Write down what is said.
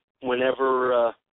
whenever